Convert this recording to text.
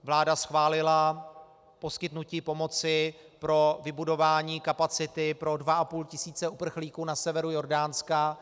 Vláda schválila poskytnutí pomoci pro vybudování kapacity pro dva a půl tisíce uprchlíků na severu Jordánska.